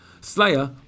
Slayer